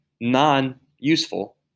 non-useful